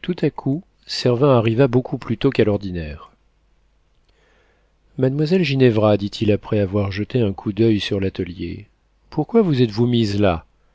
tout à coup servin arriva beaucoup plus tôt qu'à l'ordinaire mademoiselle ginevra dit-il après avoir jeté un coup d'oeil sur l'atelier pourquoi vous êtes-vous mise là